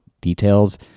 details